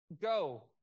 Go